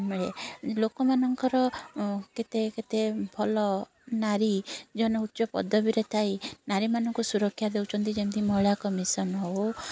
ମିଳେ ଲୋକମାନଙ୍କର କେତେ କେତେ ଭଲ ନାରୀ ଯେଉଁମାନେ ଉଚ୍ଚ ପଦବୀରେ ଥାଇ ନାରୀମାନଙ୍କୁ ସୁରକ୍ଷା ଦେଉଛନ୍ତି ଯେମିତି ମହିଳା କମିଶନ୍ ହେଉ